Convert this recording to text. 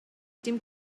dim